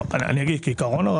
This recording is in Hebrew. כעיקרון,